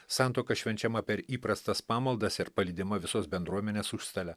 santuoka švenčiama per įprastas pamaldas ir palydima visos bendruomenės užstale